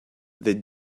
that